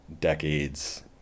decades